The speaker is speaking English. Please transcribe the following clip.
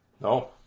No